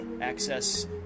access